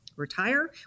Retire